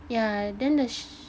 yeah then the sh~